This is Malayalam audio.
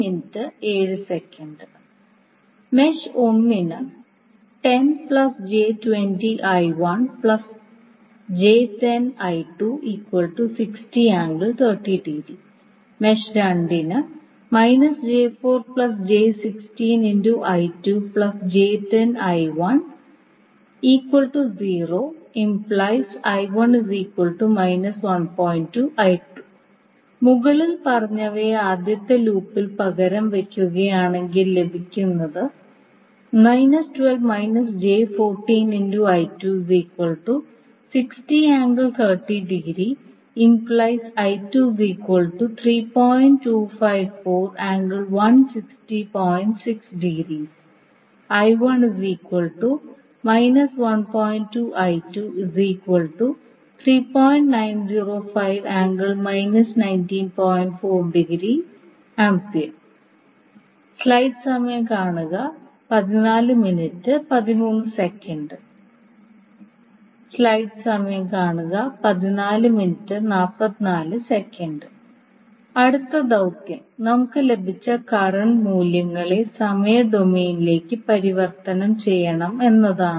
മെഷ് 1 ന് മെഷ് 2 ന് മുകളിൽ പറഞ്ഞവയെ ആദ്യത്തെ ലൂപ്പിൽ പകരം വെക്കുകയാണെങ്കിൽ ലഭിക്കുന്നത് അടുത്ത ദൌത്യം നമുക്ക് ലഭിച്ച കറണ്ട് മൂല്യങ്ങളെ സമയ ഡൊമെയ്നിലേക്ക് പരിവർത്തനം ചെയ്യണം എന്നതാണ്